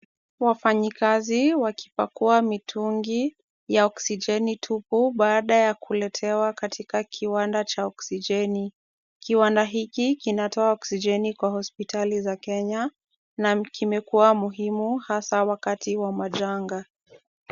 Wafanyikazi wakipakua mitungi ya oksijeni tupu, baada ya kuletewa katika kiwanda cha oksijeni. Kiwanda hiki kinatoa oksijeni kwa hospitali za Kenya, na kimekua muhimu hasa wakati wa majanga.